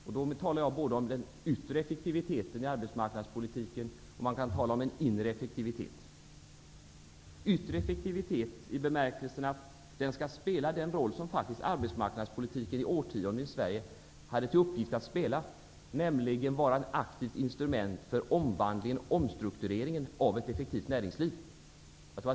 Jag talar då både om den yttre och den inre effektiviteten i arbetsmarknadspolitiken -- yttre effektivitet i bemärkelsen att den skall spela den roll som faktiskt den i årtionden i Sverige hade till uppgift att spela, nämligen att vara ett aktivt instrument för omstruktureringen av ett effektivt näringsliv.